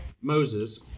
Moses